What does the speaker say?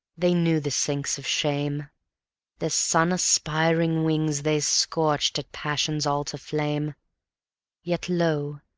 they knew the sinks of shame their sun-aspiring wings they scorched at passion's altar flame yet lo!